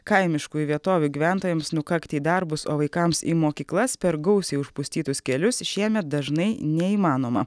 kaimiškųjų vietovių gyventojams nukakti į darbus o vaikams į mokyklas per gausiai užpustytus kelius šiemet dažnai neįmanoma